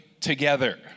together